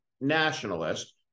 nationalist